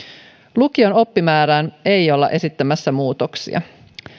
lukion oppimäärään ei olla esittämässä muutoksia